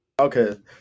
Okay